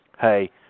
hey